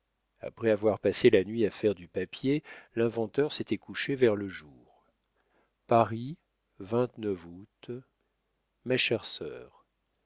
après avoir passé la nuit à faire du papier l'inventeur s'était couché vers le jour paris août ma chère sœur